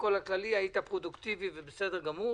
הכול הכללי היית פרודוקטיבי ובסדר גמור.